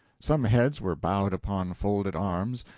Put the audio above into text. some heads were bowed upon folded arms,